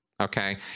okay